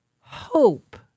hope